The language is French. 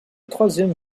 troisième